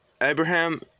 Abraham